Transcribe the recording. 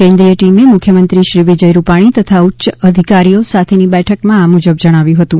કેન્દ્રીય ટીમે મુખ્યમંત્રી વિજય રૂપાણી તથા ઉચ્ય અધિકારીઓ સાથેની બેઠકમાં આ મુજબ જણાવ્યું હતું